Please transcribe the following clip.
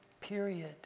period